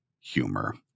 humor